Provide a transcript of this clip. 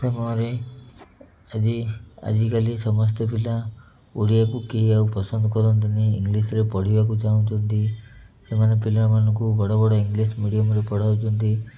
ସମୟରେ ଆଜି ଆଜିକାଲି ସମସ୍ତେ ପିଲା ଓଡ଼ିଆକୁ କିଏ ଆଉ ପସନ୍ଦ କରନ୍ତିନି ଇଂଗ୍ଲିଶ୍ରେ ପଢ଼ିବାକୁ ଚାହୁଁଛନ୍ତି ସେମାନେ ପିଲାମାନଙ୍କୁ ବଡ଼ ବଡ଼ ଇଂଗ୍ଲିଶ୍ ମିଡ଼ିଅମ୍ରେ ପଢ଼ଉଛନ୍ତି